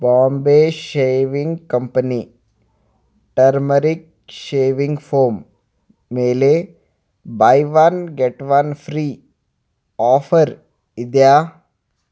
Bombay shaving company turmeric shaving foam ಮೇಲೆ buy one get one free offer ಇದೆಯಾ